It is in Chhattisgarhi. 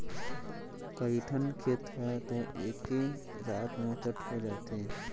कइठन खेत ह तो एके रात म चट हो जाथे